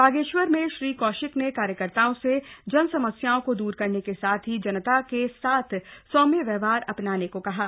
बागेश्वर में श्री कौशिक ने कार्यकर्ताओं से जन समस्याओं को द्र करने के साथ ही जनता के साथ सौम्य व्यवहार अपनाने को कहा है